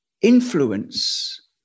influence